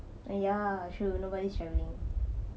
ya sure nobody's travelling